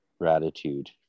gratitude